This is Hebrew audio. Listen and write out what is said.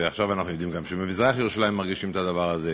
ועכשיו אנחנו יודעים גם שבמזרח-ירושלים מרגישים את הדבר הזה.